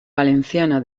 valenciana